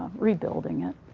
rebuilding it.